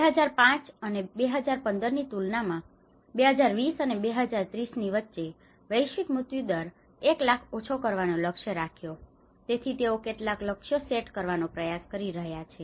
2005 અને 2015ની તુલનામાં 2020 અને 2030 ની વચ્ચે વૈશ્વિક મૃત્યુદર 1 લાખ ઓછો કરવાનો લક્ષ્ય રાખ્યો છે તેથી તેઓ કેટલાક લક્ષ્યો સેટ કરવાનો પ્રયાસ કરી રહ્યા છે